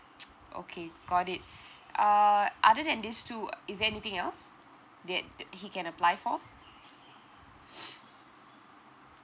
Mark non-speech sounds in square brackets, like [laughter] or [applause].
[noise] okay got it uh other than these two is there anything else that he can apply for [noise]